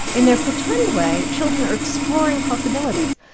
in their pretend way, children are exploring possibilities,